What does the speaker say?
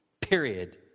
period